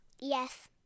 Yes